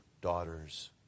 daughters